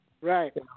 Right